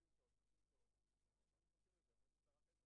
החלק היחסי